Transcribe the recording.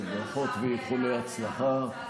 ברכות ואיחולי הצלחה.